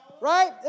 Right